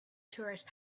tourists